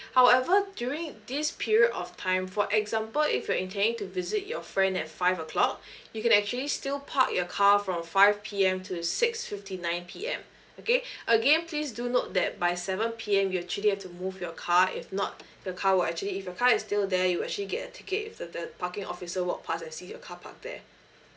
however during this period of time for example if you're intending to visit your friend at five o'clock you can actually still park your car from five P_M to six fifty nine P_M okay again please do note that by seven P_M you actually have to move your car if not the car will actually if your car is still there you'll actually get a ticket if the the parking officer walk pass and see your car parked there